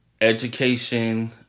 education